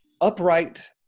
upright